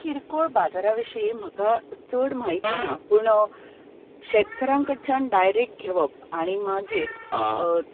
किरकोळ बाजरा विशीं म्हाका चड म्हायती ना पूण शेतकारां कडच्यान डायरेक्ट घेवप आनी मागीर